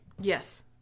Yes